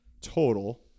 total